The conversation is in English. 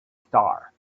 star